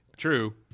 True